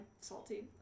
salty